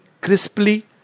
crisply